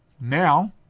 now